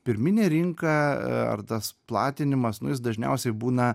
pirminė rinka ar tas platinimas nu jis dažniausiai būna